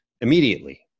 immediately